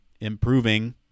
improving